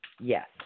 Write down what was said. Yes